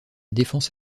défense